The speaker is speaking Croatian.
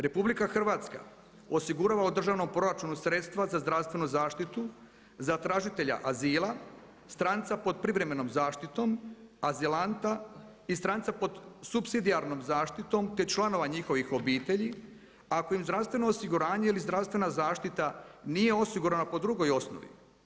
RH osigurala je u državnom proračunu sredstva za zdravstvenu zaštitu, za tražitelja azila, stranca pod privremenom zaštitom, azilanta i stranca pod supsidijarnom zaštitom te članova njihovih obitelji ako im zdravstveno osiguranje ili zdravstvena zaštita nije osigurana po drugoj osnovi.